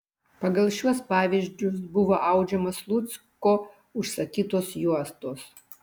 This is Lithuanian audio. pagal šiuos pavyzdžius buvo audžiamos slucko užsakytos juostos